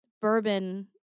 bourbon